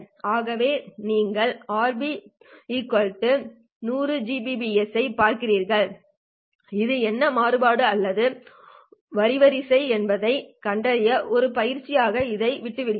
ஆகவே நீங்கள் Rb 100 Gbps ஐப் பார்க்கிறீர்கள் இது என்ன மாறுபாடு அல்லது வரிவரிசை என்ன என்பதைக் கண்டறிய ஒரு பயிற்சியாக இதை விட்டு விடுகிறேன்